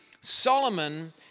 Solomon